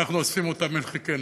ואנחנו אוספים אותם אל חיקנו.